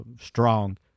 strong